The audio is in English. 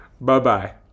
Bye-bye